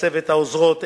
ולצוות העוזרות,